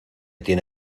tiene